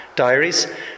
diaries